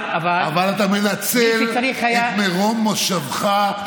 אבל, אבל, אבל אתה מנצל את מרום מושבך.